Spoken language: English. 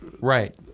right